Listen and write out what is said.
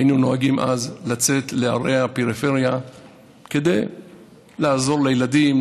היינו נוהגים לצאת לערי הפריפריה לעזור לילדים,